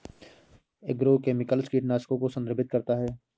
agrochemicals कीटनाशकों को संदर्भित करता है